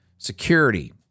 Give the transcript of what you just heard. Security